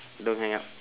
don't hang up